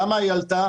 למה היא עלתה?